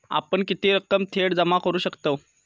आपण किती रक्कम थेट जमा करू शकतव?